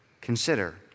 consider